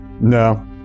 No